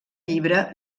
llibre